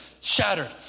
shattered